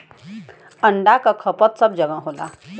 अंडा क खपत सब जगह होला